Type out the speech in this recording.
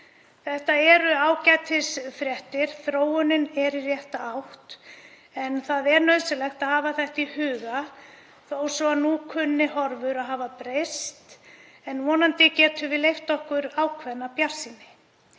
Þetta eru ágætisfréttir. Þróunin er í rétta átt en þetta er nauðsynlegt að hafa í huga þó svo að nú kunni horfur að hafa breyst. Vonandi getum við leyft okkur ákveðna bjartsýni